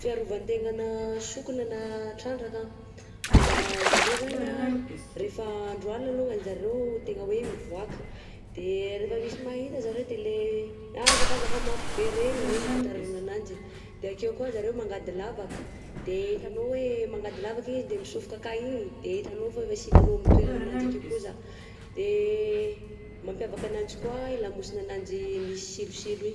Fiarovan-tegnana sokona na trandraka a: zareo zany a rehefa andro aligna alongany zareo tegna hoe mivoaka, de rehefa misy mahita zareo de le mihazakazaka mafy be regny, regny afantarana ananjy, de akeo koà zareo mangady lavaka de hitanao hoe mangady lavaka igny izy de mitsofoka akagny igny de hitanao fa efa tsy hitanao amin'ny toerana ananjy akeo koza, de mampiavaka ananjy koà i lamosinananjy misy tsilotsilo igny.